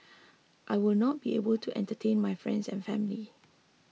I will not be able to entertain my friends and family